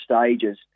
stages